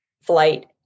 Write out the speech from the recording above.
flight